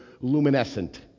luminescent